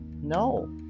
No